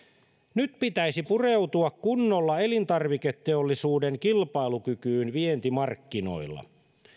nyt pitäisi pureutua kunnolla elintarviketeollisuuden kilpailukykyyn vientimarkkinoilla